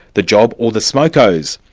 the job or the smokos?